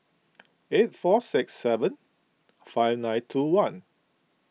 eight four six seven five nine two one